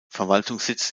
verwaltungssitz